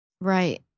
Right